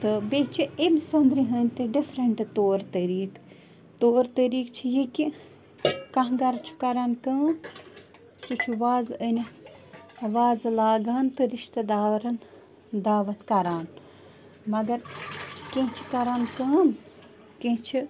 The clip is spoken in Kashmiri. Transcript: تہٕ بیٚیہِ چھِ اَمہِ سۄنٛدرِ ہٕنٛدۍ تہِ ڈِفرَنٛٹ طور طریٖق طور طریٖق چھِ یہِ کہِ کانٛہہ گَرٕ چھُ کران کٲم سُہ چھُ وازٕ أنِتھ وازٕ لاگان تہٕ رِشتہٕ دارَن دعوت کران مگر کیٚنہہ چھِ کران کٲم کیٚنہہ چھِ